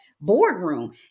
boardroom